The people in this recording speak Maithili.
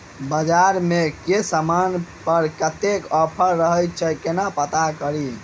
बजार मे केँ समान पर कत्ते ऑफर रहय छै केना पत्ता कड़ी?